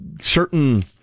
certain